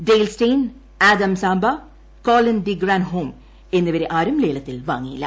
Dale Steyn Adam Zampa Colin de Grandhomme എന്നിവരെ ആരും ലേലത്തിൽ വാങ്ങിയില്ല